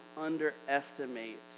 underestimate